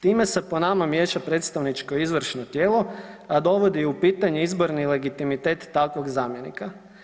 Time se po nama miješa predstavničko izvršno tijelo, a dovodi u pitanje izborni legitimitet takvog zamjenika.